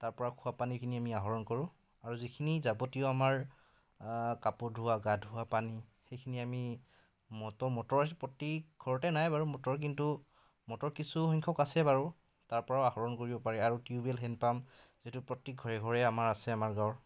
তাৰ পৰা খোৱা পানীখিনি আমি আহৰণ কৰোঁ আৰু যিখিনি যাৱতীয় আমাৰ কাপোৰ ধোৱা গা ধোৱা পানী সেইখিনি আমি মটৰ মটৰ প্ৰতি ঘৰতে নাই বাৰু মটৰ কিন্তু মটৰ কিছু সংখ্যক আছে বাৰু তাৰ পৰাও আহৰণ কৰিব পাৰি আৰু টিউবৱেল হেণ্ড পাম্প যিটো প্ৰত্যেক ঘৰে ঘৰে আমাৰ আছে আমাৰ গাঁৱৰ